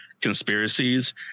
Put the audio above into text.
conspiracies